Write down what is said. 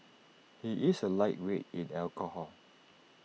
he is A lightweight in alcohol